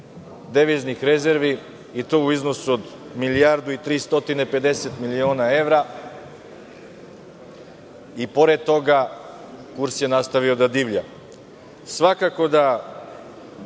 deviznih rezervi i to u iznosu od milijardu i 350 miliona evra. Pored toga, kurs je nastavio da divlja. Svakako